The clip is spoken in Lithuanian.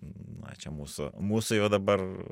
na čia mūsų mūsų jau dabar